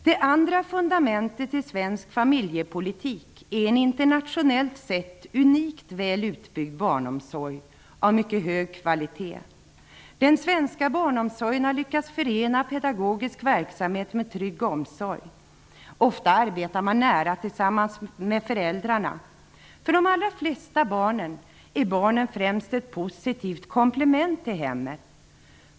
Det andra fundamentet i svensk familjepolitik är en internationellt sett unikt väl utbyggd barnomsorg av mycket hög kvalitet. Den svenska barnomsorgen har lyckats förena pedagogisk verkamhet med trygg omsorg. Ofta arbetar man nära tillsammans med föräldrarna. För de allra flesta barn är barnomsorgen främst ett positivt komplement till hemmet.